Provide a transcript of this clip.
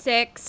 Six